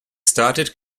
started